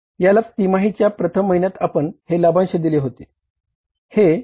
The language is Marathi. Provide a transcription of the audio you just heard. याला तिमाहीच्या प्रथम महिन्यात आपण हे लाभांश दिले होते